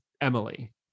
Emily